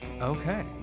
Okay